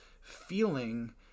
feeling